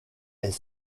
est